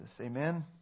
Amen